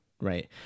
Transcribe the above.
Right